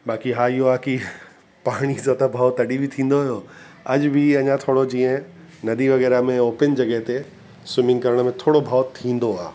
बाक़ी हा इहो आहे की पाणी सां त भओ तॾहिं बि थींदो हुओ अॼ बि अञा थोरो जीअं नदी वग़ैरह में उहो पिन जॻह ते स्विमिंग करण में थोरो भओ थींदो आहे